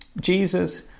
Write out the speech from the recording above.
Jesus